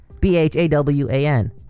B-H-A-W-A-N